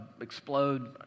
explode